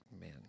Man